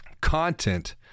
content